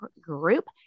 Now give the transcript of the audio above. group